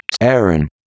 Aaron